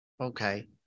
Okay